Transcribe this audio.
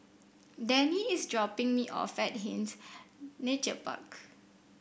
Denny is dropping me off at Hindhede Nature Park